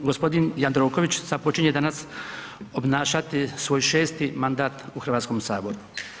Gospodin Jandroković započinje danas obnašati svoj 6. mandat u Hrvatskom saboru.